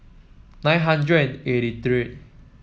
nine hundred and eighty three